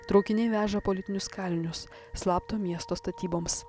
traukiniai veža politinius kalinius slapto miesto statyboms